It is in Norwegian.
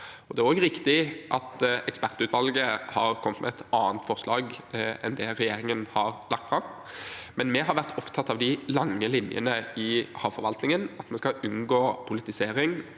det er også riktig at ekspertutvalget har kommet med et annet forslag enn det regjeringen har lagt fram. Vi har vært opptatt av de lange linjene i havforvaltningen, at vi skal unngå politisering.